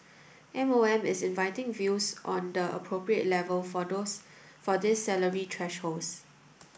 M O M is inviting views on the appropriate level for those for these salary thresholds